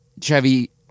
Chevy